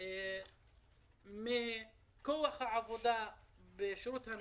0.6% מכוח העבודה בשירות המדינה,